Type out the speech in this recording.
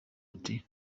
ati